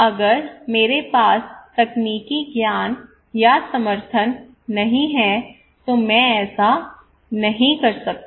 अगर मेरे पास तकनीकी ज्ञान या समर्थन नहीं है तो मैं ऐसा नहीं कर सकता